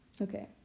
Okay